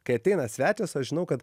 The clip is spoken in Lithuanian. kai ateina svečias aš žinau kad